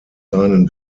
seinen